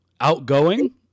outgoing